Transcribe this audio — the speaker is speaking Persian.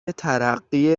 ترقی